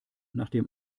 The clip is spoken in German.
nachdem